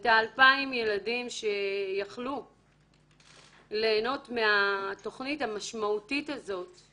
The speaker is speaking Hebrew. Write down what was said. את ה-2,000 ילדים שיכולים היו ליהנות מהתוכנית המשמעותית הזאת,